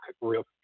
real